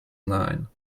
nine